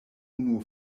unu